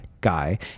guy